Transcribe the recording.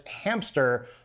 hamster